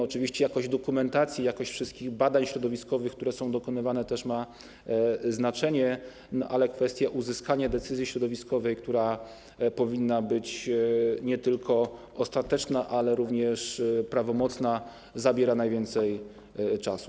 Oczywiście jakość dokumentacji, jakość wszystkich badań środowiskowych, które są dokonywane, też ma znaczenie, ale kwestia uzyskania decyzji środowiskowej, która powinna być nie tylko ostateczna, ale również prawomocna, zabiera najwięcej czasu.